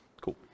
Cool